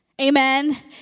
Amen